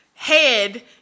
head